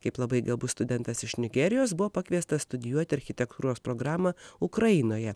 kaip labai gabus studentas iš nigerijos buvo pakviestas studijuoti architektūros programą ukrainoje